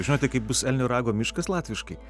žinote kaip bus elnio rago miškas latviškai